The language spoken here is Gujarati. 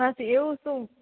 માસી એવું શું